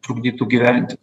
trukdytų gyventi